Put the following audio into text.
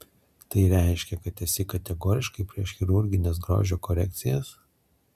tai reiškia kad esi kategoriškai prieš chirurgines grožio korekcijas